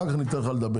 אחר כך ניתן לך לדבר.